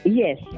Yes